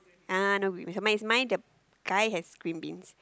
ah no green beans mine is mine is the guy has green beans